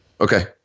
Okay